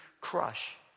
crush